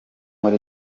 muri